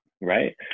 Right